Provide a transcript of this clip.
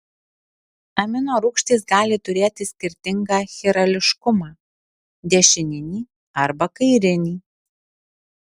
aminorūgštys gali turėti skirtingą chirališkumą dešininį arba kairinį